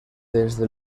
desde